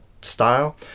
style